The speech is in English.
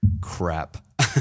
crap